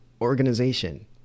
organization